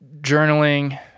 journaling